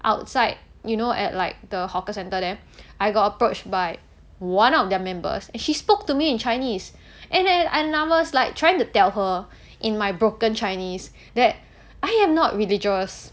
outside you know at like the hawker center there I got approached by one of their members and she spoke to me in chinese and then I was like trying to tell her in my broken chinese that I am not religious